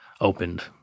opened